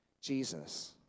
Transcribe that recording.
Jesus